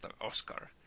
Oscar